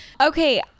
Okay